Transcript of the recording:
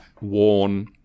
worn